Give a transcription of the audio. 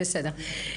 בסדר.